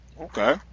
okay